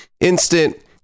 instant